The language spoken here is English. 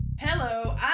Hello